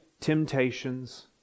temptations